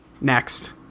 Next